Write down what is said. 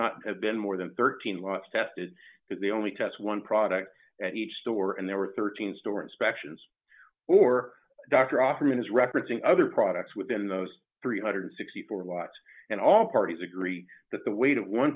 not have been more than thirteen was tested because they only test one product at each store and there were thirteen store inspections or dr offerman is referencing other products within those three hundred and sixty four laps and all parties agree that the weight of one